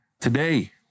Today